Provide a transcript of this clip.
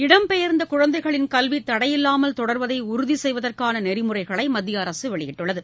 இடம்பெயர்ந்தகுழந்தைகளின் கல்விதடையில்லாமல் தொடர்வதைஉறுதிசெய்வதற்கானநெறிமுறைகளைமத்தியஅரசுவெளியிட்டுள்ளது